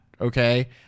Okay